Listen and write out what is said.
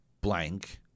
blank